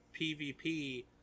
PvP